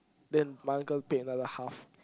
then my uncle paid another half